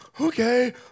okay